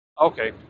Okay